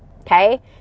okay